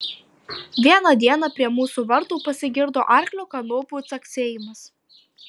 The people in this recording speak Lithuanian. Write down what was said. vieną dieną prie mūsų vartų pasigirdo arklio kanopų caksėjimas